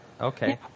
okay